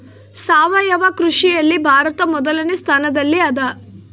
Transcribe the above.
ಸಾವಯವ ಕೃಷಿಯಲ್ಲಿ ಭಾರತ ಮೊದಲನೇ ಸ್ಥಾನದಲ್ಲಿ ಅದ